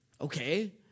Okay